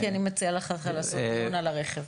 מיקי, אני מציעה לך לעשות דיון על הרכב.